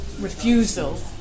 refusal